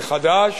החדש,